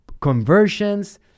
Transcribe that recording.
conversions